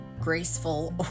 graceful